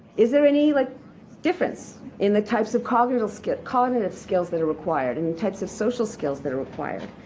is there any like difference in the types of cognitive skills cognitive skills that are required and the types of social skills that are required?